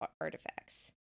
artifacts